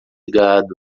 gado